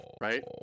right